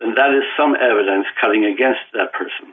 that is some evidence coming against that person